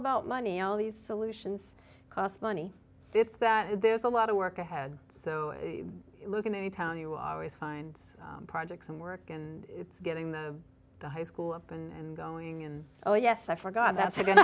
about money all these solutions cost money it's that there's a lot of work ahead so look in any town you always find projects and work and it's getting the high school up and going and oh yes i forgot that